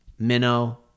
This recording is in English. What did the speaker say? minnow